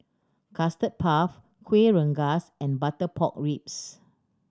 Custard Puff Kueh Rengas and butter pork ribs